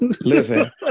Listen